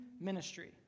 ministry